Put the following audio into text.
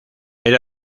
era